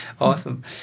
Awesome